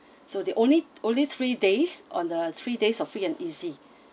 so the only only three days on the three days of free and easy